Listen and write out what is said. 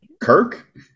Kirk